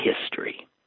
history